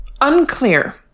Unclear